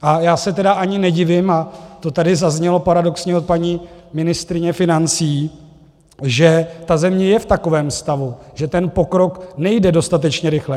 A já se tedy ani nedivím, a to tady zaznělo paradoxně od paní ministryně financí, že země je v takovém stavu, že pokrok nejde dostatečně rychle.